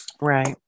right